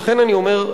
לכן אני אומר,